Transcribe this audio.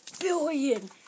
billion